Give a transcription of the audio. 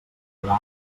cabal